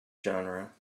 genre